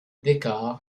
décor